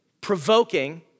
provoking